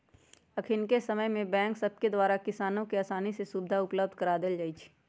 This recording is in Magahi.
अखनिके समय में बैंक सभके द्वारा किसानों के असानी से सुभीधा उपलब्ध करा देल जाइ छइ